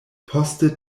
poste